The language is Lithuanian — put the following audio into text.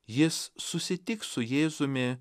jis susitiks su jėzumi